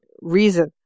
reason